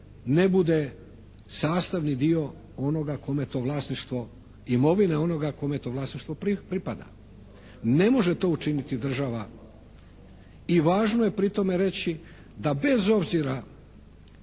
ne bude sastavni dio onoga kome to vlasništvo, imovine onoga kome to vlasništvo pripada. Ne može to učiniti država. I važno je pri tome reći da bez obzira